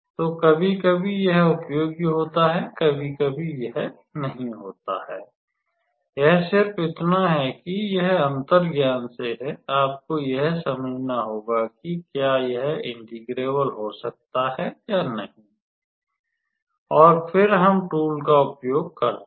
तो कभी कभी यह उपयोगी होता है कभी कभी यह नहीं होता है यह सिर्फ इतना है कि यह अंतर्ज्ञान से है आपको यह समझना होगा कि क्या यह इंटेग्रब्ल हो सकता है या नहीं और फिर हम टूल का उपयोग करते हैं